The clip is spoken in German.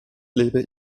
lebe